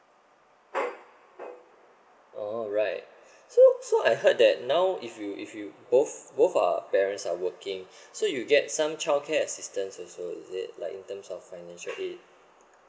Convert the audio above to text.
oh right so so I heard that now if you if you both both are parents are working so you get some child care assistance also is it like in terms of financial aid